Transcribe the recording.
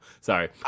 Sorry